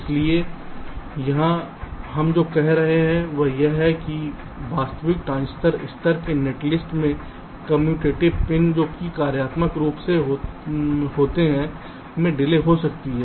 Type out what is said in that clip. इसलिए यहां हम जो कह रहे हैं वह यह है कि वास्तविक ट्रांजिस्टर स्तर के नेटलिस्ट में कम्यूटेटिव पिन जो कि कार्यात्मक रूप से होते हैं में डिले हो सकती है